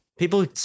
People